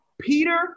Peter